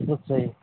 ਅੱਛਾ ਜੀ